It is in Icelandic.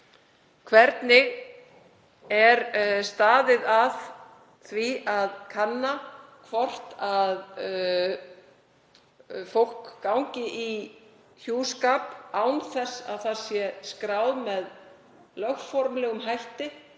Hvernig er staðið að því að kanna hvort fólk gangi í hjúskap án þess að það sé skráð með lögformlegum hætti